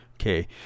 okay